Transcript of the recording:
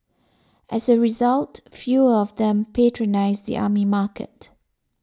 as a result fewer of them patronise the army market